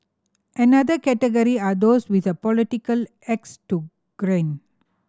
another category are those with a political axe to grind